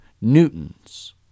newtons